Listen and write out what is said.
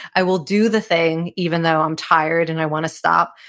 i will do the thing even though i'm tired and i want to stop.